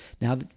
Now